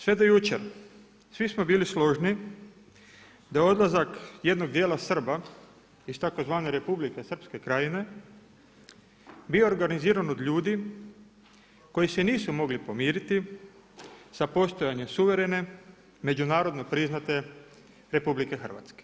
Sve do jučer svi smo bili složni da je odlazak jednog dijela Srba iz tzv. Republike Srpske krajine, bio organiziran od ljudi koji se nisu mogli pomiriti sa postojanjem suvremene međunarodne priznate RH.